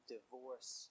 Divorce